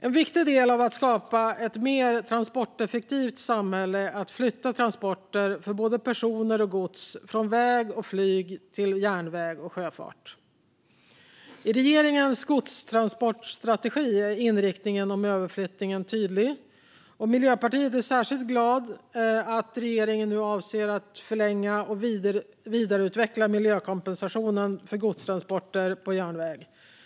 En viktig del av att skapa ett mer transporteffektivt samhälle är att flytta transporter både för personer och gods från väg och flyg till järnväg och sjöfart. I regeringens godstransportstrategi är inriktningen om överflyttningen tydlig, och vi i Miljöpartiet är särskilt glada att regeringen avser att förlänga och vidareutveckla miljökompensationen för godstransporter på järnväg.